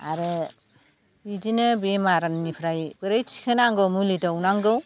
आरो बिदिनो बेमारनिफ्राय बोरै थिखोनांगौ मुलि दौनांगौ